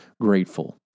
grateful